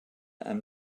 and